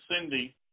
Cindy